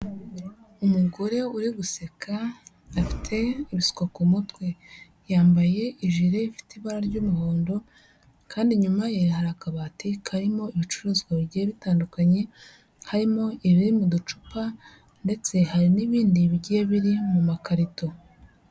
Umugore uri guseka, afite ibisuko ku mutwe yambaye ijire ifite ibara ry'umuhondo kandi inyuma ye hari akabati karimo ibicuruzwa bigiye bitandukanye, harimo ibiri mu gacupa ndetse hari n'ibindi bigiye biri mu makarito.